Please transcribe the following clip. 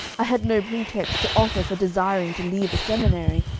i had no pretext to offer for desiring to leave the seminary,